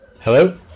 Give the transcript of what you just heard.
Hello